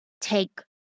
take